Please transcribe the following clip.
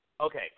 Okay